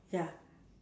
ya